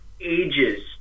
ages